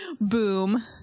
Boom